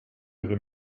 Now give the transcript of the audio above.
ihre